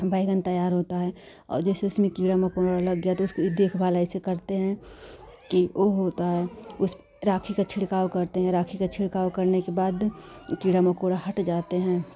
बैंगन तैयार होता है और जैसे उसमें कीड़ा मकौड़ा लग गया तो उसके देखभाल ऐसे करते हैं कि वह होता है इस राखी का छिड़काव करते हैं राखी का छिड़काव करने के बाद कीड़ा मकौड़ा हट जाते हैं